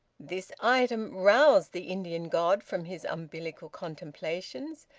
this item roused the indian god from his umbilical contemplations,